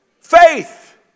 faith